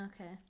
Okay